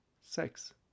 sex